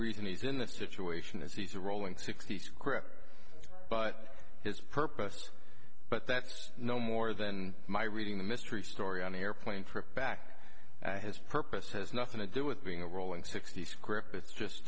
reason he's in the situation is he's a rolling sixty script but his purpose but that's no more than my reading the mystery story on the airplane from back to his purpose has nothing to do with being a rolling sixty script it's just